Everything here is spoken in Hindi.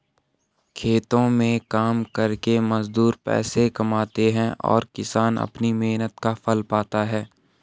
खेतों में काम करके मजदूर पैसे कमाते हैं और किसान अपनी मेहनत का फल पाता है